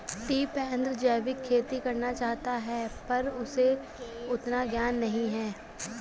टिपेंद्र जैविक खेती करना चाहता है पर उसे उतना ज्ञान नही है